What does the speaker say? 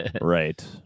Right